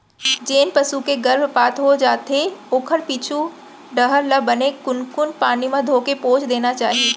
जेन पसू के गरभपात हो जाथे ओखर पीछू डहर ल बने कुनकुन पानी म धोके पोंछ देना चाही